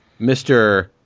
Mr